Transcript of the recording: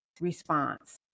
response